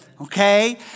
Okay